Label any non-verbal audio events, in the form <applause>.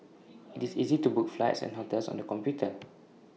<noise> IT is easy to book flights and hotels on the computer